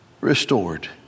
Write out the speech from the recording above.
restored